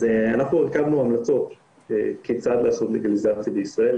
אנחנו הרכבנו המלצות כיצד לעשות לגליזציה בישראל,